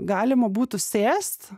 galima būtų sėst